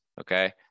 okay